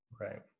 Right